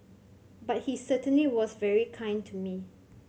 but he certainly was very kind to me